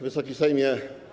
Wysoki Sejmie!